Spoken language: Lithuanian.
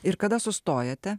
ir kada sustojate